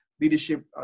leadership